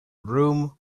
room